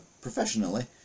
professionally